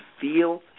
feel